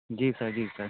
जी sir जी sir